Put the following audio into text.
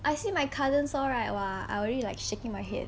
I see my cousins all like !wah! I already like shaking my head